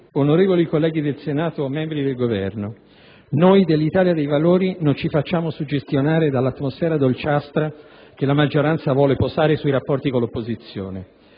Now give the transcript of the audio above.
onorevoli colleghi del Senato, membri del Governo, noi dell'Italia dei valori non ci facciamo suggestionare dall'atmosfera dolciastra che la maggioranza vuole posare sui rapporti con l'opposizione.